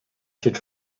should